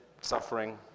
suffering